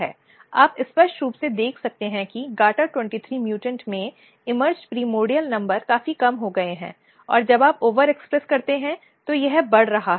आप स्पष्ट रूप से देख सकते हैं कि gata23 म्यूटन्ट में उभरे हुए प्राइमर्डियल नंबर काफी कम हो गए हैं और जब आप ओवरएक्सप्रेस करते हैं तो यह बढ़ रहा है